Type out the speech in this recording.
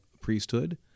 priesthood